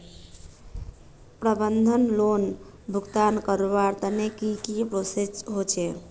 प्रबंधन लोन भुगतान करवार तने की की प्रोसेस होचे?